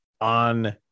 on